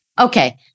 Okay